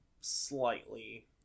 slightly